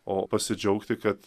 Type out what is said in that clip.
o pasidžiaugti kad